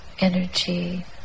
energy